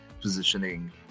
positioning